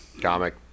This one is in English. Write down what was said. Comic